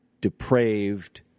depraved